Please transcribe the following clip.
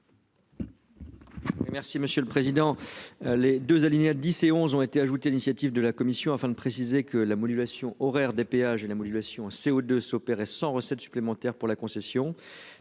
Merci monsieur le président. Les 2 alinéas 10 et 11 ont été ajoutés, l'initiative de la Commission afin de préciser que la modulation horaire des péages et la modulation CO2 de s'opérer sans recettes supplémentaires pour la concession